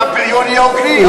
שבה השכר והפריון יהיו הוגנים.